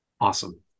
Awesome